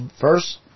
first